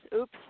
oops